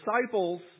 Disciples